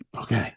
okay